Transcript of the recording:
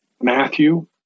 Matthew